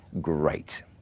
great